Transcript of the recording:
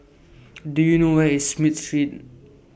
Do YOU know Where IS Smith Street